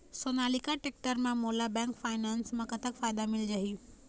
Sonalika tractor म मोला bank finance म कतक फायदा मिल जाही?